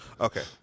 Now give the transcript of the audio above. Okay